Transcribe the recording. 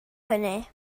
hynny